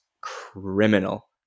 criminal